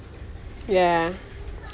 ya